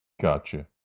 gotcha